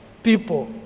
People